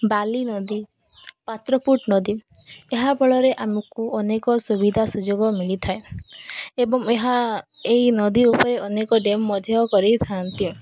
ବାଲି ନଦୀ ପାତ୍ରପୁଟ ନଦୀ ଏହା ଫଳରେ ଆମକୁ ଅନେକ ସୁବିଧା ସୁଯୋଗ ମିଳିଥାଏ ଏବଂ ଏହା ଏହି ନଦୀ ଉପରେ ଅନେକ ଡ୍ୟାମ୍ ମଧ୍ୟ କରେଇଥାନ୍ତି